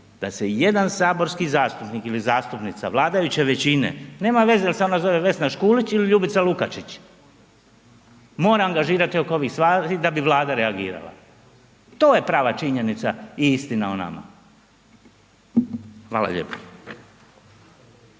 da se ijedan saborski zastupnik ili zastupnica vladajuće većine, nema veze jel se ona zove Vesna Škulić ili Ljubica Lukačić, mora angažirati oko ovih stvari da bi Vlada reagirala, to je prava činjenica i istina o nama. Hvala lijepo.